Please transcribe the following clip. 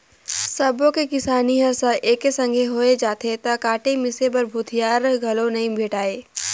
सबो के किसानी हर एके संघे होय जाथे त काटे मिसे बर भूथिहार घलो नइ भेंटाय